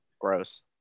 Gross